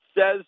says